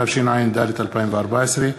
התשע"ד 2014,